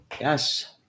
yes